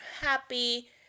happy